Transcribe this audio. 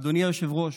אדוני היושב-ראש,